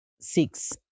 six